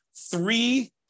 three